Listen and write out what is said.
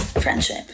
friendship